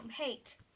hate